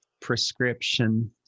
prescription